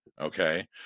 okay